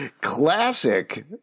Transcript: Classic